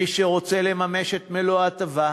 מי שרוצה לממש את מלוא ההטבה,